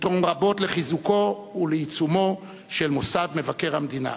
תתרום רבות לחיזוקו ולעיצומו של מוסד מבקר המדינה.